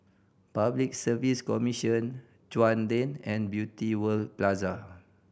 Public Service Commission Chuan Lane and Beauty World Plaza